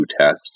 test